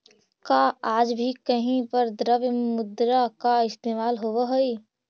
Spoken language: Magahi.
का आज भी कहीं पर द्रव्य मुद्रा का इस्तेमाल होवअ हई?